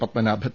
Padmanabhan